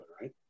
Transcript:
right